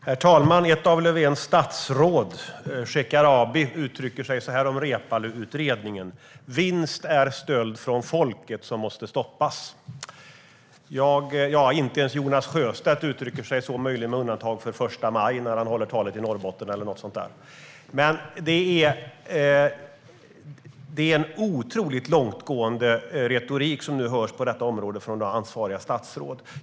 Herr talman! Ett av Löfvens statsråd, Shekarabi, uttrycker sig så här om Reepaluutredningen: Vinst är stöld från folket som måste stoppas. Inte ens Jonas Sjöstedt uttrycker sig så, möjligen med undantag för första maj när han håller tal i Norrbotten eller något sådant. Det är en otroligt långtgående retorik som nu hörs på detta område från ansvariga statsråd.